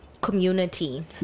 community